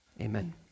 Amen